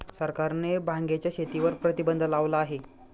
सरकारने भांगेच्या शेतीवर प्रतिबंध लावला आहे